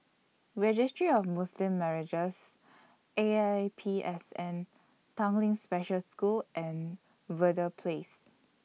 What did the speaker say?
Registry of Muslim Marriages A I P S N Tanglin Special School and Verde Place